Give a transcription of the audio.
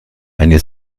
eine